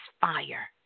fire